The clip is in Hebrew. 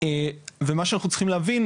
ומה שאנחנו צריכים להבין,